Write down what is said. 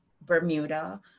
Bermuda